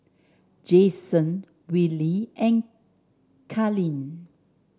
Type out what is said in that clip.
Jaxon Willy and Carlyn